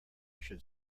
should